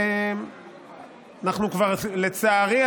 לצערי,